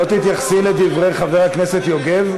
לא תתייחסי לדברי חבר הכנסת יוגב?